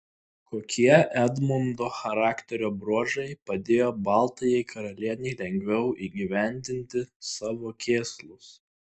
kokie edmundo charakterio bruožai padėjo baltajai karalienei lengviau įgyvendinti savo kėslus